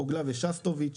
חוגלה ושסטוביץ,